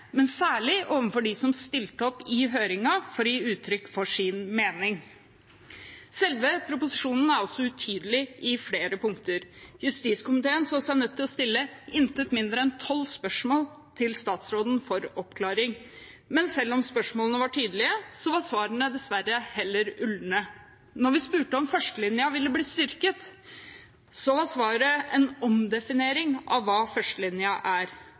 men særlig overfor dem som stilte opp i høringen for å gi uttrykk for sin mening. Selve proposisjonen er også utydelig på flere punkter. Justiskomiteen så seg nødt til å stille intet mindre enn tolv spørsmål til statsråden for oppklaring. Men selv om spørsmålene var tydelige, var svarene dessverre heller ulne. Når vi spurte om førstelinjen ville bli styrket, var svaret en omdefinering av hva førstelinjen er.